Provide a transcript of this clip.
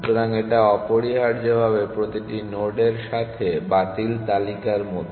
সুতরাং এটা অপরিহার্যভাবে প্রতিটি নোডের সাথে বাতিল তালিকার মত